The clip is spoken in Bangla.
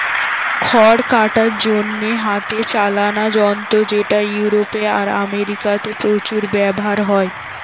খড় কাটার জন্যে হাতে চালানা যন্ত্র যেটা ইউরোপে আর আমেরিকাতে প্রচুর ব্যাভার হয়